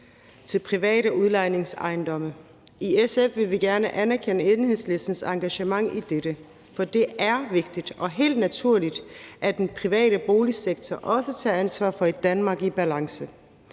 til private udlejningsejendomme. I SF vil vi gerne anerkende Enhedslistens engagement i dette, for det er vigtigt og helt naturligt, at den private boligsektor også tager ansvar for et Danmark i balance,